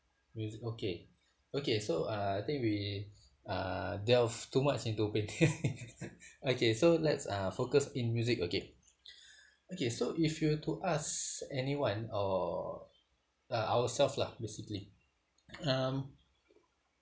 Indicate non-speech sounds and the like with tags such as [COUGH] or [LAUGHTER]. music okay okay so uh I think we uh delve too much into painting [LAUGHS] okay so let's uh focus in music okay [BREATH] okay so if you were to ask anyone or uh ourselves lah basically [NOISE] um